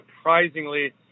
surprisingly